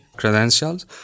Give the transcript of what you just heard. credentials